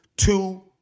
Two